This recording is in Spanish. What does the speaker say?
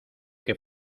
que